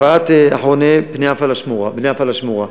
הבאת אחרוני בני הפלאשמורה,